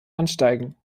ansteigen